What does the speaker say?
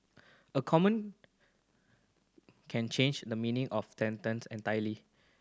a common can change the meaning of sentence entirely